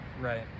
Right